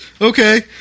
Okay